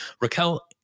Raquel